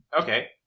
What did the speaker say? Okay